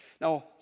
Now